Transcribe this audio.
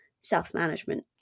self-management